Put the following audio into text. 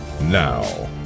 Now